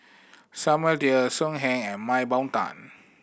Samuel Dyer So Heng and Mah Bow Tan